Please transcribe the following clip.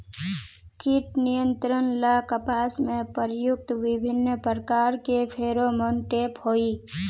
कीट नियंत्रण ला कपास में प्रयुक्त विभिन्न प्रकार के फेरोमोनटैप होई?